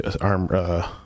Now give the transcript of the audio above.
arm